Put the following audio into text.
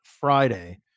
Friday